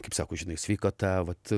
kaip sako žinai sveikata vat